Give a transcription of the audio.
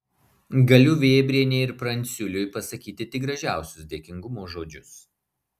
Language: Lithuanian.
galiu vėbrienei ir pranciuliui pasakyti tik gražiausius dėkingumo žodžius